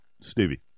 Stevie